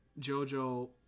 JoJo